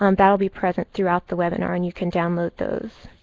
um that'll be present throughout the webinar and you can download those.